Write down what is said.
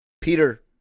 Peter